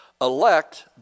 Elect